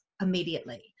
immediately